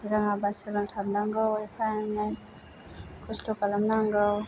रोङाबा सोलोंथाबनांगौ एफा एनै खस्त' खालामनांगौ